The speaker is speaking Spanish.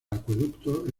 acueducto